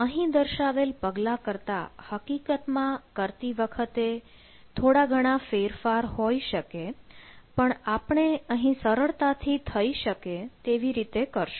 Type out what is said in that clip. અહીં દર્શાવેલ પગલાં કરતા હકીકતમાં કરતી વખતે થોડા ઘણા ફેરફાર હોઈ શકે પણ આપણે અહીં સરળતાથી થઇ શકે તેવી રીતે કરશું